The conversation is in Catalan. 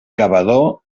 cavador